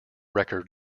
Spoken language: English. record